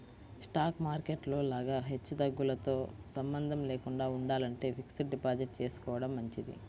stock market లో లాగా హెచ్చుతగ్గులతో సంబంధం లేకుండా ఉండాలంటే ఫిక్స్డ్ డిపాజిట్ చేసుకోడం మంచిది